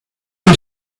and